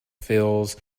fills